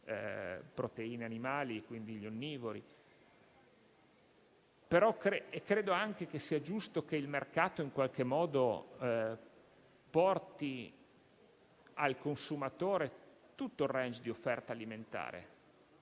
proteine animali, e quindi gli onnivori. Tuttavia, credo anche che sia giusto che il mercato in qualche modo porti al consumatore tutto il *range* di offerta alimentare,